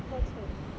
what's home